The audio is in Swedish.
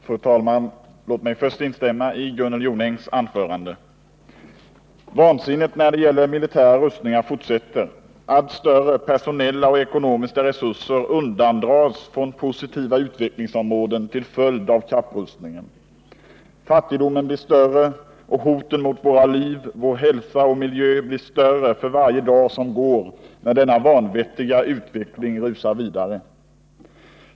Fru talman! Låt mig först instämma i Gunnel Jonängs anförande. Vansinnet när det gäller militära rustningar fortsätter. Allt större personella och ekonomiska resurser undandras från positiva utvecklingsområden till följd av kapprustningen. Fattigdomen blir större och hoten mot våra liv och vår hälsa och miljön blir större för varje dag som går, när denna vanvettiga utveckling rusar vidare.